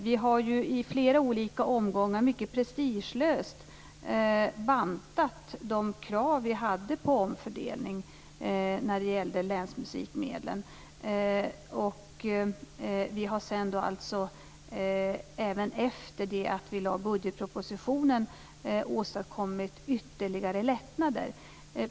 Vi har i flera olika omgångar mycket prestigelöst bantat de krav som vi ställde på omfördelning när det gällde länsmusikmedlen. Efter det att vi lade fram budgetpropositionen har vi också åstadkommit ytterligare lättnader.